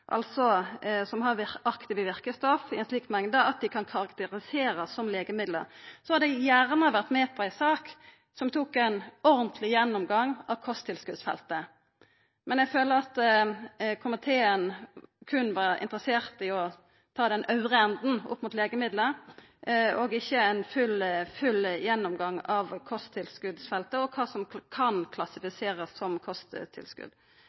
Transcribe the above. altså kosttilskot som inneheld aktive verkestoff i ein slik mengd at dei kan karakteriserast som legemiddel. Eg hadde gjerne vore med på ei sak som tok ein ordentleg gjennomgang av kosttilskotsfeltet, men eg føler at komiteen berre var interessert i å ta den øvre enden opp mot legemiddel – ikkje ein full gjennomgang av kosttilskotsfeltet og kva som kan klassifiserast som kosttilskot.